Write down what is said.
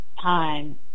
time